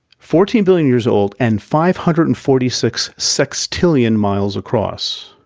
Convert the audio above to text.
fourteen billion years old and five hundred and forty six sextillion miles across.